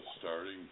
starting